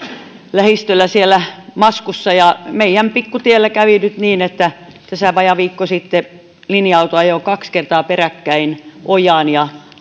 lähistöllä siellä maskussa ja meidän pikkutiellä kävi nyt niin että vajaa viikko sitten linja auto ajoi kaksi kertaa peräkkäin ojaan ja